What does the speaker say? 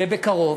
ובקרוב,